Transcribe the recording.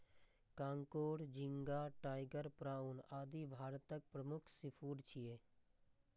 कांकोर, झींगा, tiger prawn, आदि भारतक प्रमुख सीफूड छियै